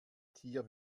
tier